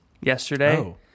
yesterday